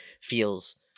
feels